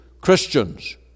Christians